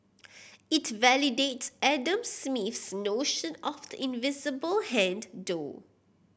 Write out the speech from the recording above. it validates Adam Smith's notion of the invisible hand though